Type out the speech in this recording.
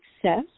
success